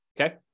Okay